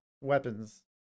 weapons